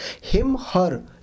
him/her